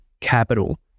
capital